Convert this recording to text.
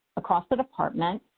across the department.